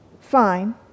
Fine